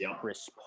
Chris